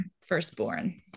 firstborn